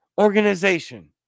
organization